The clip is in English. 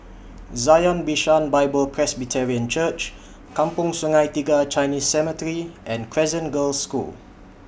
Zion Bishan Bible Presbyterian Church Kampong Sungai Tiga Chinese Cemetery and Crescent Girls' School